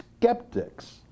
skeptics